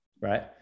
Right